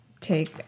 take